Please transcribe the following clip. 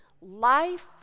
Life